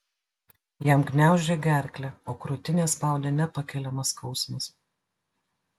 jam gniaužė gerklę o krūtinę spaudė nepakeliamas skausmas